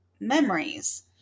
memories